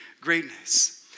greatness